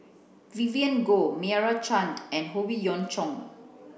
Vivien Goh Meira Chand and Howe Yoon Chong